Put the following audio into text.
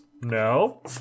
No